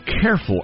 careful